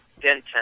Denton